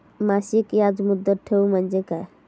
मासिक याज मुदत ठेव म्हणजे काय?